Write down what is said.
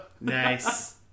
Nice